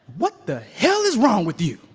what the hell is wrong with you?